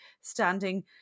standing